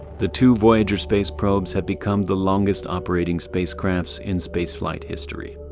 the two voyager space probes have become the longest operating spacecrafts in spaceflight history.